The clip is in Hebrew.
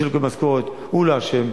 מי שלא מקבל משכורת הוא לא אשם,